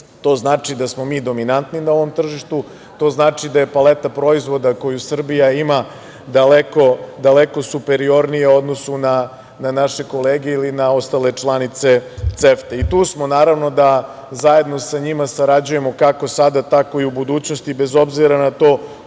To znači da smo mi dominantni na ovom tržištu, to znači da je paleta proizvoda koju Srbija ima daleko superiornija u odnosu na naše kolege ili na ostale članice CEFTA. Tu smo, naravno, da zajedno sa njima sarađujemo, kako sada, tako i u budućnosti, bez obzira na to